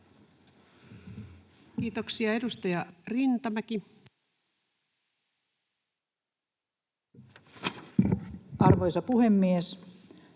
Kiitoksia. — Edustaja Rintamäki. Arvoisa puhemies!